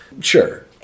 Sure